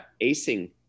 acing